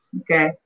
Okay